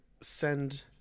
send